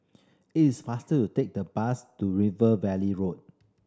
it is faster to take the bus to River Valley Road